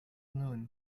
noon